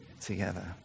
together